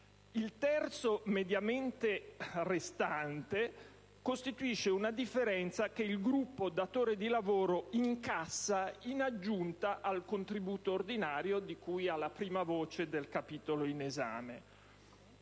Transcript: il terzo mediamente restante costituisce una differenza che il Gruppo datore di lavoro incassa in aggiunta al contributo ordinario di cui alla prima voce del capitolo in esame.